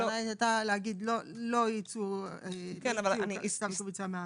הכוונה הייתה לומר לא צו עיכוב יציאה מהארץ.